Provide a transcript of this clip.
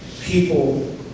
people